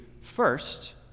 first